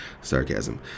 Sarcasm